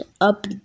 up